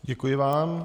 Děkuji vám.